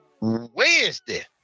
Wednesday